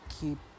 keep